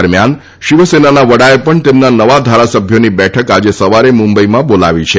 દરમ્યાન શિવસેનાના વડાએ પણ તેમના નવા ધારાસભ્યોની બેઠક આજે સવારે મુંબઈમાં બોલાવી છે